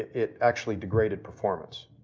it actually degraded performance.